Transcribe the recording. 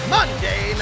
Monday